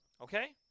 Okay